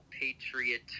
Patriot